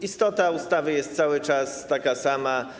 Istota ustawy jest cały czas taka sama.